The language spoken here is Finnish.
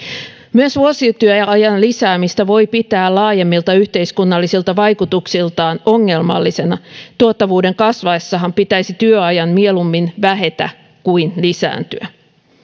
myös vuosityöajan lisäämistä voi pitää laajemmilta yhteiskunnallisilta vaikutuksiltaan ongelmallisena tuottavuuden kasvaessahan pitäisi työajan mieluummin vähetä kuin lisääntyä